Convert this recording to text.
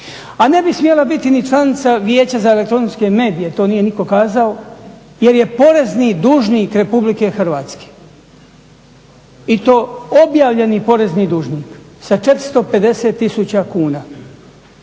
a ne bi smjela biti ni članica Vijeća elektroničke medije to nije nitko kazao jer je porezni dužnik RH i to objavljeni porezni dužnik sa 450 tisuća kuna.